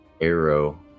arrow